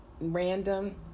random